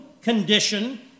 condition